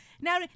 Now